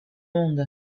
monde